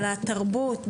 על התרבות,